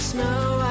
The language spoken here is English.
snow